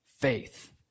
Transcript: faith